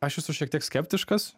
aš esu šiek tiek skeptiškas